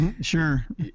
sure